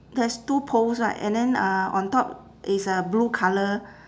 there's two poles right and then uh on top is a blue colour